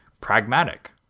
Pragmatic